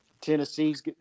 Tennessee's